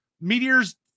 meteors